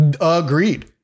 Agreed